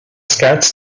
scouts